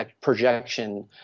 projection